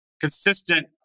consistent